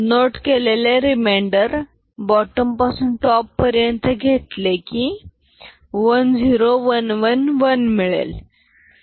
note केलेले remainder bottom पासून top पर्यंत घेतले की 10111 मिळेल